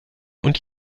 und